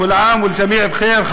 כול עאם ואלג'מיע בח'יר.